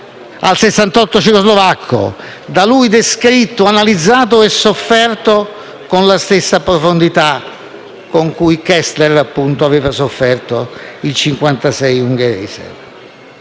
cecoslovacco, da lui descritto, analizzato e sofferto con la stessa profondità con cui Koestler aveva sofferto il Cinquantasei